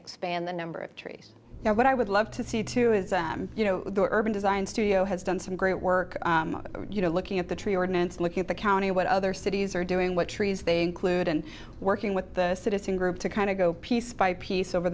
expand the number of trees now what i would love to see too is you know the urban design studio has done some great work you know looking at the tree ordinance looking at the county what other cities are doing what trees they clued and working with the citizen group to kind of go piece by piece over